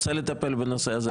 רוצה לטפל בנושא הזה?